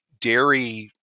dairy